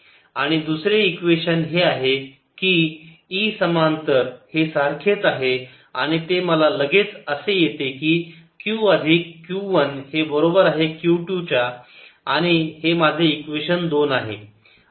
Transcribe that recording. kq2 qq1 q2qq1 equ 2 equ 1 ⟹q2k12q q22k1q q1q2 q2k1 1q 1 kk1q k 1k1q आणि दुसरे equation हे आहे की E समांतर हे सारखेच आहे आणि ते मला लगेच असे येते की q अधिक q 1 हे बरोबर आहे q 2 च्या आणि हे माझे इक्वेशन दोन आहे